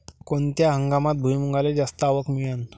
कोनत्या हंगामात भुईमुंगाले जास्त आवक मिळन?